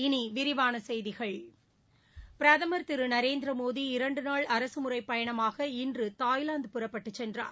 இனி விரிவான செய்திகள் பிரதமர் திரு நரேந்திர மோடி இரண்டு நாள் அரசுமுறைப்பயணமாக இன்று தாய்லாந்து புறப்பட்டு சென்றார்